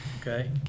Okay